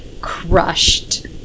crushed